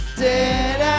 dead